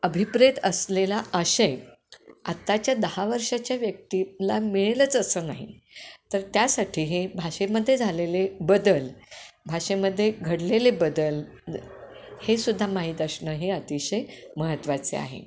अभिप्रेत असलेला आशय आत्ताच्या दहा वर्षांच्या व्यक्तीला मिळेलच असं नाही तर त्यासाठी हे भाषेमध्ये झालेले बदल भाषेमध्ये घडलेले बदल हेसुद्धा माहीत असणं हे अतिशय महत्त्वाचे आहे